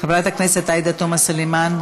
חברת הכנסת עאידה תומא סלימאן,